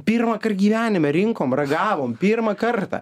pirmąkart gyvenime rinkom ragavom pirmą kartą